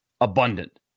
Abundant